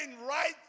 right